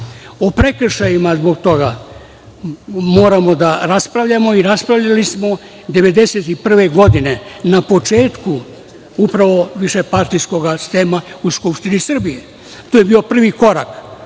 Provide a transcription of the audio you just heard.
prekršajima, zbog toga, moramo da raspravljamo i raspravljali smo 1991. godine, na početku upravo višepartijskog sistema u Skupštini Srbije. To je bio prvi korak,